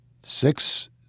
Six